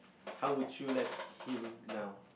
how would you let him know